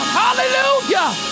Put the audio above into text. hallelujah